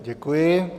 Děkuji.